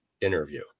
interview